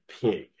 pig